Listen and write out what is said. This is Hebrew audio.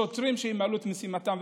שוטרים שימלאו את משימתם,